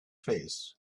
face